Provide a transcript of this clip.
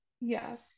Yes